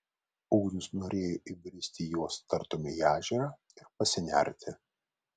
ugnius norėjo įbristi į juos tartum į ežerą ir pasinerti